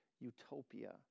utopia